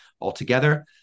altogether